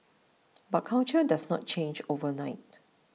but culture does not change overnight